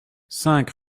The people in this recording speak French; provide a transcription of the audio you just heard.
cinq